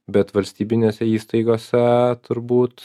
bet valstybinėse įstaigose turbūt